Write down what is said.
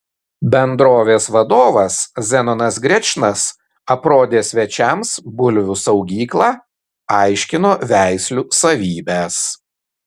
bendrovės vadovas zenonas grečnas aprodė svečiams bulvių saugyklą aiškino veislių savybes